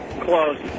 close